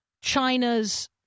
China's